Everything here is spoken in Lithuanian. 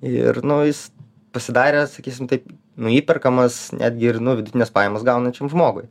ir nu jis pasidaręs sakysim taip neįperkamas netgi ir nu vidutines pajamas gaunančiam žmogui